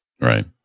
Right